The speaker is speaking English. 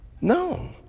No